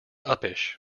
uppish